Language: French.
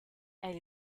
elle